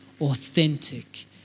authentic